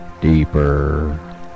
deeper